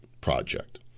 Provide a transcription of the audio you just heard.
project